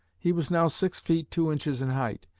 he was now six feet, two inches in height,